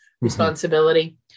responsibility